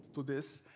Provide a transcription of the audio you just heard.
to this.